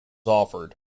offered